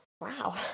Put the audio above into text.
wow